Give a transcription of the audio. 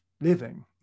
living